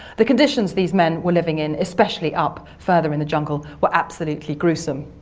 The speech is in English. the conditions these men were living in, especially up further in the jungle, were absolutely gruesome.